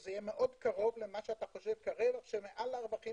שזה יהיה קרוב מאוד למה שאתה חושב כרווח שמעל הרווחים